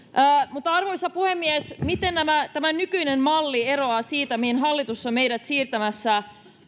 arvoisa puhemies miten tämä nykyinen malli eroaa siitä mihin hallitus on meidät siirtämässä